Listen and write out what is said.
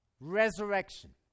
Resurrection